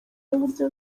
n’uburyo